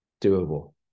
doable